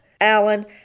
Alan